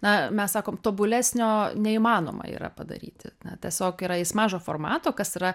na mes sakom tobulesnio neįmanoma yra padaryti tiesiog yra jis mažo formato kas yra